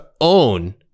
own